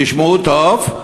תשמעו טוב.